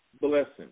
blessing